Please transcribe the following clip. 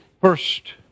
first